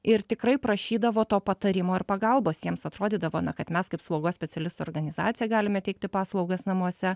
ir tikrai prašydavo to patarimo ir pagalbos jiems atrodydavo na kad mes kaip slaugos specialistų organizacija galime teikti paslaugas namuose